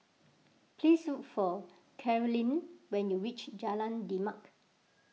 please look for Carlyle when you reach Jalan Demak